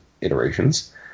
iterations